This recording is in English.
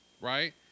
right